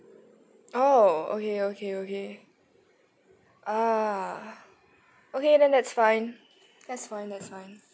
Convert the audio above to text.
oh okay okay okay ah okay then that's fine that's fine that's fine